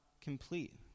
complete